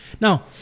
Now –